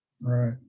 Right